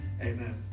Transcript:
amen